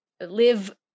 live